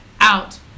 out